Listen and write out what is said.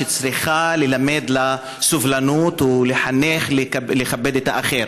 שצריכה ללמד לסובלנות ולחנך לקבל את האחר.